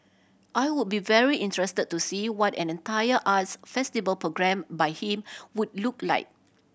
I would be very interested to see what an entire arts festival programme by him would look like